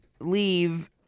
leave